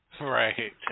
Right